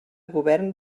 govern